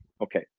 Okay